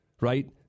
Right